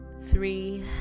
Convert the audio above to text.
Three